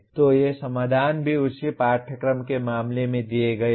तो ये समाधान भी उसी पाठ्यक्रम के मामले में दिए गए हैं